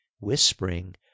whispering